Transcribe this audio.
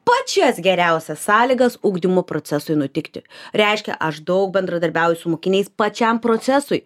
pačias geriausias sąlygas ugdymo procesui nutikti reiškia aš daug bendradarbiauju su mokiniais pačiam procesui